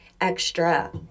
extra